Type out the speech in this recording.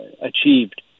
achieved